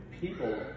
people